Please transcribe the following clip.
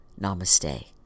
Namaste